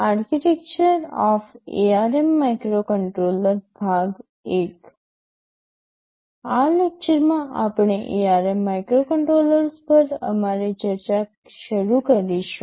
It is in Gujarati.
આ લેક્ચરમાં આપણે ARM માઇક્રોકન્ટ્રોલર્સ પર અમારી ચર્ચા શરૂ કરીશું